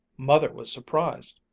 mother was surprised.